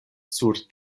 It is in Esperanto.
sur